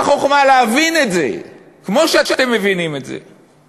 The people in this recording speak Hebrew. מה החוכמה להבין את זה כמו שאתם מבינים את זה?